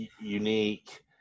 unique